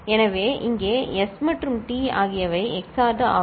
எனவே இங்கே S மற்றும் T ஆகியவை XORed ஆகும்